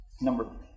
Number